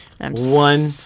One